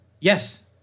Yes